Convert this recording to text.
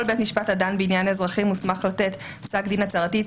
בית משפט הדן בעניין אזרחי מוסמך לתת פסק דין הצהרתי,